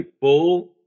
full